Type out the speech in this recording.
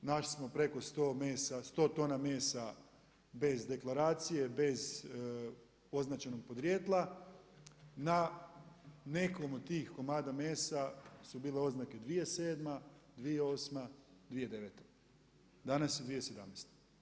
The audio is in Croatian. Našli smo preko 100 tona mesa bez deklaracije, bez označenog podrijetla, na nekom od tih komada mesa su bile oznake 2007., 2008., 2009., danas je 2017.